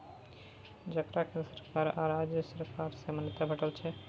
जकरा केंद्र सरकार आ राज्य सरकार सँ मान्यता भेटल छै